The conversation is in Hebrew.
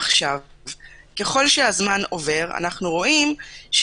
ככל שהזמן עובר אנו רואים,